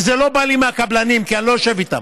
וזה לא בא לי מהקבלנים, כי אני לא יושב איתם.